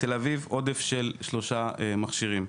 בתל אביב עודף של שלושה מכשירים.